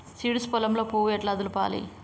Seeds పొలంలో పువ్వు ఎట్లా దులపాలి?